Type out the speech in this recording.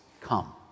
come